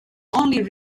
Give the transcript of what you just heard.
only